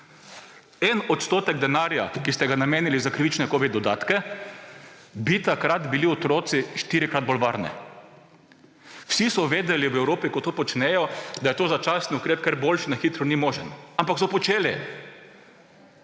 1 % denarja, ki ste ga namenili za krivične covid dodatke, bi takrat bili otroci 4-krat bolj varni. Vsi so vedeli v Evropi, ki to počnejo, da je to začasni ukrep, ker boljši na hitro ni mogoč, ampak so počeli.